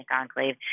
enclave